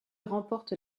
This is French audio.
remporte